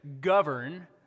govern